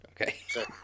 Okay